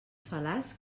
fal·laç